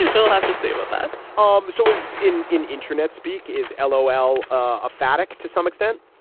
and we'll have to see about that um so is in in internet speak is ah l'oreal a fabric to some extent